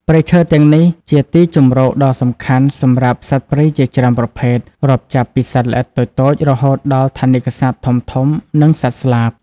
ព្រៃឈើទាំងនេះជាទីជម្រកដ៏សំខាន់សម្រាប់សត្វព្រៃជាច្រើនប្រភេទ រាប់ចាប់ពីសត្វល្អិតតូចៗ រហូតដល់ថនិកសត្វធំៗ និងសត្វស្លាប។